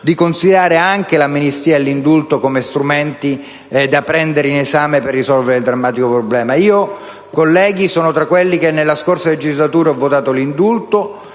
di considerare anche l'amnistia e l'indulto come strumenti da prendere in esame per risolvere il drammatico problema. Colleghi, sono tra coloro che nella scorsa legislatura hanno votato a